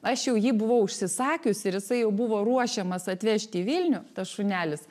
aš jau jį buvau užsisakius ir jisai jau buvo ruošiamas atvežti į vilnių tas šunelis